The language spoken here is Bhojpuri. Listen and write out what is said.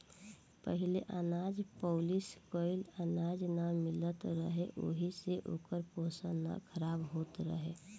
पहिले अनाज पॉलिश कइल अनाज ना मिलत रहे ओहि से ओकर पोषण ना खराब होत रहे